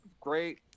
Great